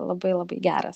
labai labai geras